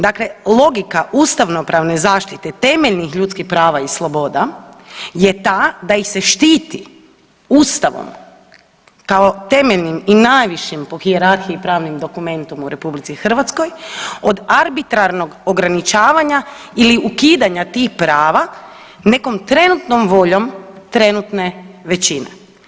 Dakle, logika ustavnopravne zaštite temeljnih ljudskih prava i sloboda je ta da ih se štiti ustavom kao temeljnim i najvišim po hijerarhiji pravnim dokumentom u RH od arbitrarnog ograničavanja ili ukidanja tih prava nekom trenutkom voljom trenutne većine.